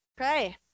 Okay